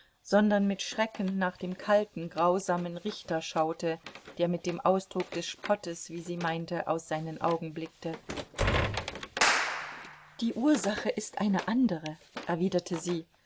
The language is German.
sondern mit schrecken nach dem kalten grausamen richter schaute der mit dem ausdruck des spottes wie sie meinte aus seinen augen blickte die ursache ist eine andere erwiderte sie